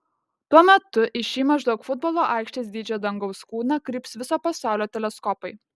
tuo metu į šį maždaug futbolo aikštės dydžio dangaus kūną kryps viso pasaulio teleskopai